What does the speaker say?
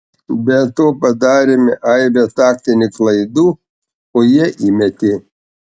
be to padarėme aibę taktinių klaidų o jie įmetė